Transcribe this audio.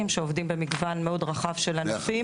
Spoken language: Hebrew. שעובדים במגוון מאוד רחב של ענפים,